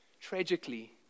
tragically